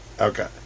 Okay